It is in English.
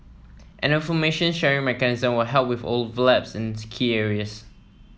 an information sharing mechanism will help with overlaps in key areas